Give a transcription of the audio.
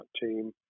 team